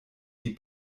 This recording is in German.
die